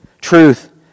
truth